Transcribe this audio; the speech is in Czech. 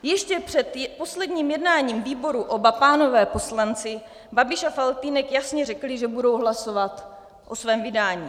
Ještě před posledním jednáním výboru oba pánové poslanci Babiš a Faltýnek jasně řekli, že budou hlasovat o svém vydání.